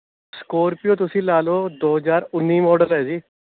Scorpio ਤੁਸੀਂ ਲਾ ਲਉ ਦੋ ਹਜ਼ਾਰ ਉੱਨੀ ਮੋਡਲ ਹੈ ਜੀ